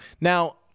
Now